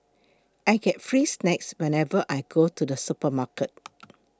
I get free snacks whenever I go to the supermarket